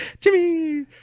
Jimmy